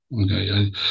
Okay